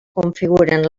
configuren